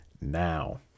now